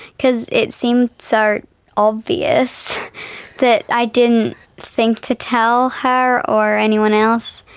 cause it seemed so obvious that i didn't think to tell her or anyone else.